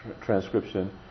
transcription